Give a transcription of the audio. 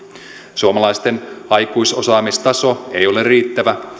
suomalaisten aikuisosaamistaso ei ole riittävä